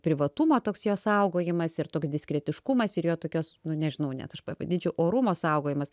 privatumo toks jo saugojimas ir toks diskretiškumas ir jo tokios nu nežinau net aš pavadinčiau orumo saugojimas